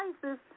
prices